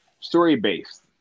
story-based